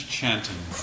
chanting